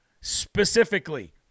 specifically